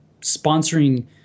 sponsoring